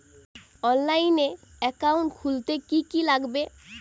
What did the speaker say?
অনলাইনে একাউন্ট খুলতে কি কি লাগবে?